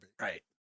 right